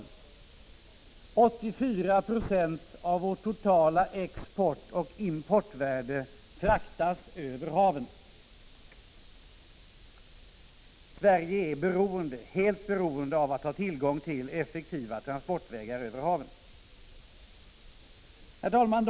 För 84 96 av vårt totala exportoch importvärde sker frakten över haven. Sverige är helt beroende av att ha tillgång till effektiva transportvägar över haven. Herr talman!